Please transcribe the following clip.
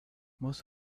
most